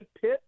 Pitt